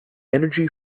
energy